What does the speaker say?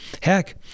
heck